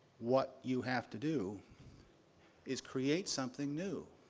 what you have to do is create something new,